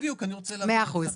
מאה אחוז.